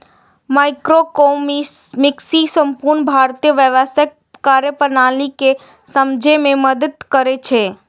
microeconomics संपूर्ण आर्थिक व्यवस्थाक कार्यप्रणाली कें समझै मे मदति करै छै